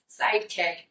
sidekick